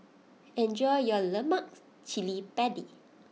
enjoy your Lemak Cili Padi